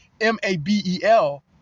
M-A-B-E-L